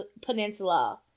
peninsula